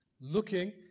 looking